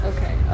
Okay